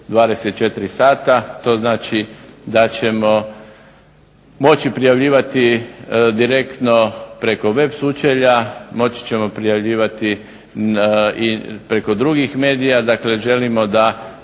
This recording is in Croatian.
24 sata. To znači da ćemo prijavljivati direktno preko web sučelja, moći ćemo prijavljivati i preko drugih medija. Dakle, želimo da